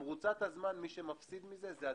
במרוצת הזמן מי שמפסיד מזה זה הציבור.